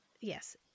Yes